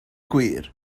gwir